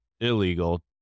illegal